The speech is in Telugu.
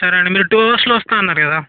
సరే అండి మీరు టూ అవర్స్లో వస్తున్నారు కదా